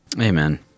Amen